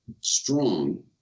strong